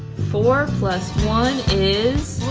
four plus one is,